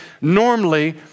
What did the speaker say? normally